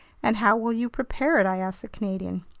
and how will you prepare it? i asked the canadian.